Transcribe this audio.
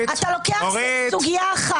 היא הייתה עם איזונים ובלמים.